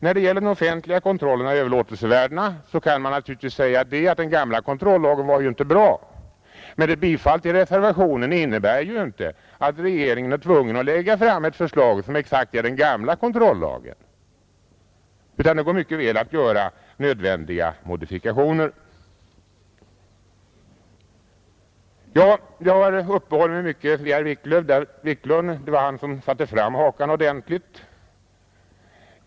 När det gäller den offentliga kontrollen av överlåtelsevärdena kan man naturligtvis säga att den gamla kontrollagen inte var bra. Men ett bifall till reservationen innebär ju inte att regeringen är tvungen att lägga fram ett förslag som är exakt lika med den gamla kontrollagen, utan det går mycket väl att göra nödvändiga modifikationer. Jag har uppehållit mig mycket vid herr Wiklund i Stockholm — det var han som satte fram hakan ordentligt.